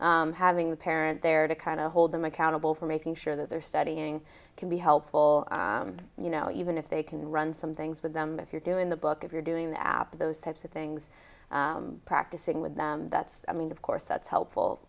having the parent there to kind of hold them accountable for making sure that they're studying can be helpful you know even if they can run some things with them if you're doing the book if you're doing the app of those types of things practicing with them that's i mean of course that's helpful